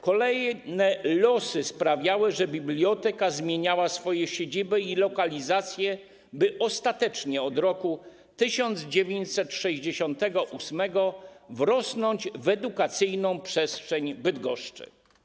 Kolejne losy sprawiały, że biblioteka zmieniała swoje siedziby i lokalizację, by ostatecznie od roku 1968 wrosnąć w edukacyjną przestrzeń Bydgoszczy.